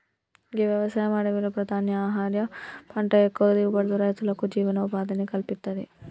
గీ వ్యవసాయం అడవిలో ప్రధాన ఆహార పంట ఎక్కువ దిగుబడితో రైతులకు జీవనోపాధిని కల్పిత్తది